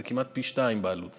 זה כמעט פי שניים בעלות.